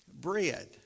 bread